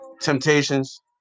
Temptations